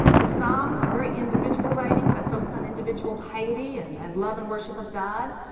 the psalms are very individual writings that focus on individual piety and and love and worship of god.